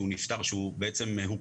וכשאני מפעילה אותו וכשאני מסתייעת בו אני